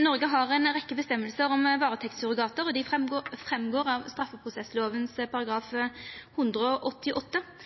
Noreg har ei rekkje bestemmingar om varetektssurrogat, og det går fram av straffeprosesslova § 188.